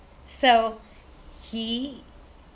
so he